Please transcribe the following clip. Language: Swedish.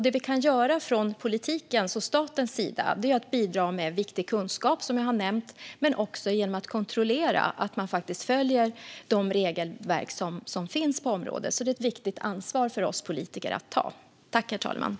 Det vi kan göra från politikens och statens sida är, som jag har nämnt, att bidra med viktig kunskap men också att kontrollera att de regelverk som finns på området faktiskt följs. Detta är ett viktigt ansvar att ta för oss politiker.